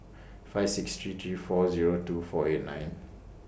five six three three four Zero two four eight nine